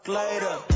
later